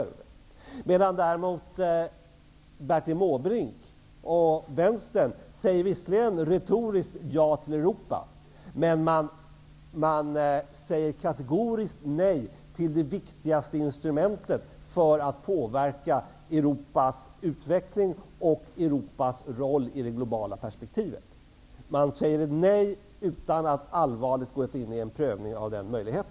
Bertil Måbrink och Vänstern säger visserligen retoriskt ja till Europa, men man säger kategoriskt nej till det viktigaste instrumentet för att påverka Europas utveckling och Europas roll i det globala perspektivet. Man säger nej utan att allvarligt ha gått in i en prövning av denna möjlighet.